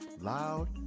loud